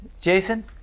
Jason